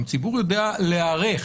גם הציבור ידע להיערך.